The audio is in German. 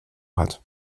hat